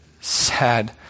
sad